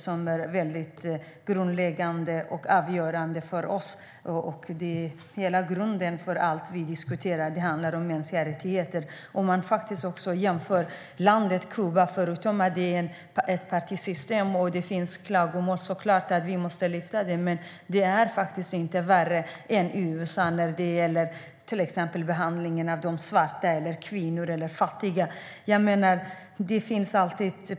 Det är väldigt grundläggande och avgörande för oss. Hela grunden för allt vi diskuterar handlar om mänskliga rättigheter. Landet Kuba har ett enpartisystem, och det finns klagomål. Det är klart att vi måste lyfta fram det. Men det är inte värre än USA när det gäller till exempel behandlingen av de svarta, kvinnor eller fattiga.